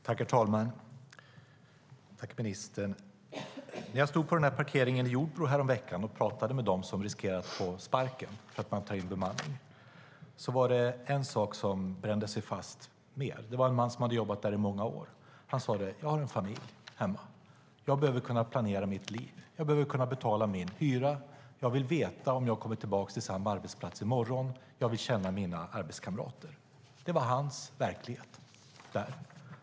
Herr talman! När jag stod på parkeringen i Jordbro häromveckan och pratade med dem som riskerar att få sparken för att man tar in personal från ett bemanningsföretag var det en sak som brände sig fast i minnet mer än annat. Det var en man hade jobbat där i många år. Han sade: Jag har en familj där hemma. Jag behöver kunna planera mitt liv. Jag behöver kunna betala min hyra. Jag vill veta om jag kommer tillbaka till samma arbetsplats i morgon. Jag vill känna mina arbetskamrater. Det var hans verklighet.